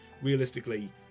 realistically